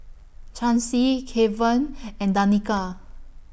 Chancy Keven and Danica